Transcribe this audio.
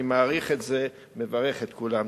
אני מעריך את זה ומברך את כולם.